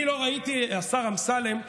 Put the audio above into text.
השר אמסלם,